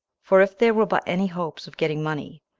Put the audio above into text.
for if there were but any hopes of getting money,